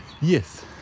yes